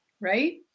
right